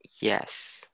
Yes